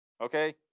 Okay